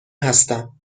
هستم